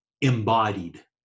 embodied